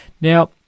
Now